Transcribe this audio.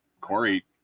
Corey